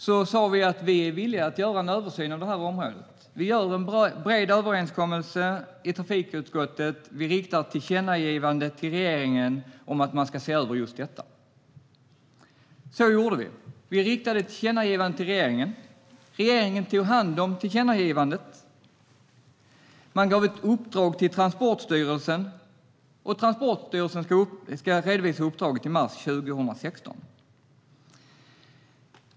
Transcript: Vi sa att vi är villiga till en översyn på området, en bred överenskommelse i trafikutskottet och ett tillkännagivande till regeringen om att se över detta. Så blev det också. Vi riktade ett tillkännagivande till regeringen. Regeringen tog hand om tillkännagivandet och gav ett uppdrag till Transportstyrelsen. Transportstyrelsen ska redovisa uppdraget i mars 2016.